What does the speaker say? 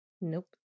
Nope